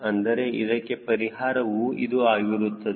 ಅಂದರೆ ಇದಕ್ಕೆ ಪರಿಹಾರವು ಇದು ಆಗಿರುತ್ತದೆ